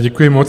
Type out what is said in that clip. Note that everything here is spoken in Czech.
Děkuji moc.